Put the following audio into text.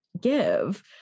give